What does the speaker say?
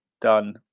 done